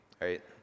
right